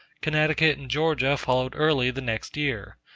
connecticut and georgia followed early the next year.